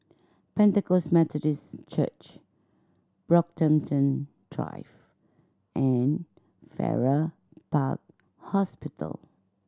Pentecost Methodist Church Brockhampton Drive and Farrer Park Hospital